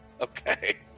Okay